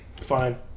Fine